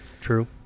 True